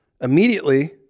immediately